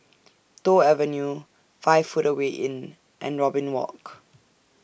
Toh Avenue five Footway Inn and Robin Walk